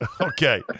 Okay